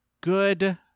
good